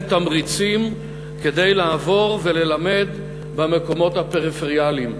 תמריצים לעבור וללמד במקומות הפריפריאליים.